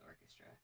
orchestra